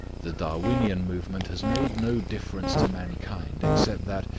the darwinian movement has made no difference to mankind, except that,